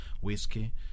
whiskey